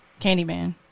Candyman